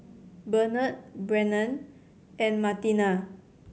Benard Brennan and Martina